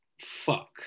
fuck